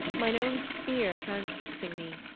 mine own spear transfixing me?